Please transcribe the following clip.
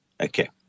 Okay